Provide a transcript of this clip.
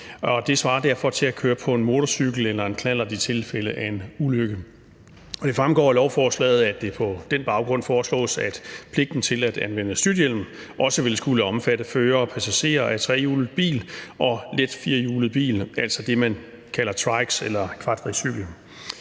Det svarer derfor til at køre på en motorcykel eller en knallert i tilfælde af en ulykke. Det fremgår af lovforslaget, at det på den baggrund foreslås, at pligten til at anvende styrthjelm også vil skulle omfatte førere af og passagerer i trehjulet bil og let firehjulet bil, altså det man kalder trikes eller quadricykel.